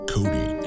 Cody